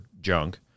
junk